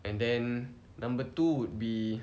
and then number two would be